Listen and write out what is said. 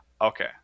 Okay